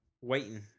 waiting